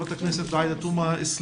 חברת הכנסת עאידה תומא סלימאן,